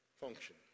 function